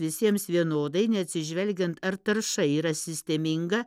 visiems vienodai neatsižvelgiant ar tarša yra sisteminga